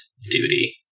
duty